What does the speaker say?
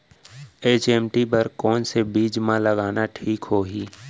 HMT बर कौन से बीज मा लगाना ठीक होही?